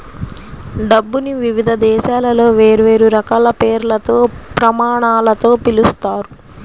డబ్బుని వివిధ దేశాలలో వేర్వేరు రకాల పేర్లతో, ప్రమాణాలతో పిలుస్తారు